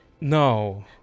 no